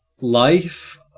life